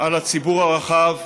על הציבור הרחב,